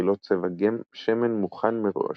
המכילות צבע שמן מוכן מראש,